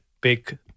big